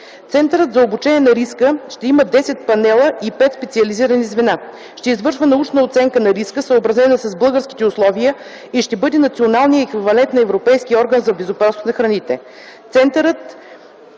Центърът за оценка на риска ще има 10 панела и 5 специализирани звена, ще извършва научна оценка на риска, съобразена с българските условия, и ще бъде националният еквивалент на Европейския орган за безопасност на храните.